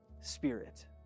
Spirit